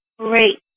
Great